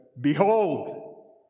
behold